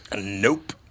Nope